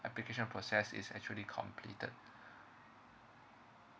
application process is actually completed